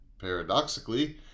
Paradoxically